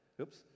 oops